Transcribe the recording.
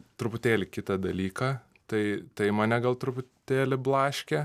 truputėlį kitą dalyką tai tai mane gal truputėlį blaškė